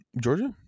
Georgia